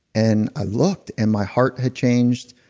and i looked and my heart had changed.